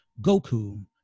Goku